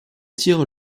tirent